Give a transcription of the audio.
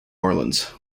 orleans